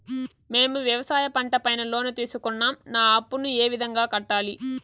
మేము వ్యవసాయ పంట పైన లోను తీసుకున్నాం నా అప్పును ఏ విధంగా కట్టాలి